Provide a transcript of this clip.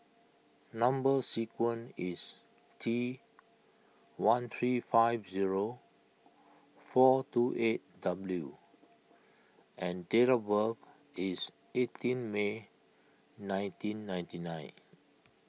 Number Sequence is T one three five zero four two eight W and date of birth is eighteen May nineteen ninety nine